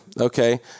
Okay